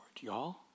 Y'all